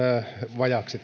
vajaaksi